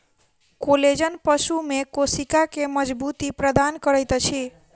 collagen पशु में कोशिका के मज़बूती प्रदान करैत अछि